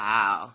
Wow